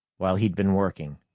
while he'd been working,